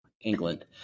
England